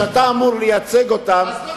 ואתה אמור לייצג אותם,